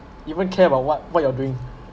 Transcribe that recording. even care about what what you are doing